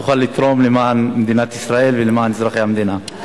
שתוכל לתרום למען מדינת ישראל ולמען אזרחי המדינה.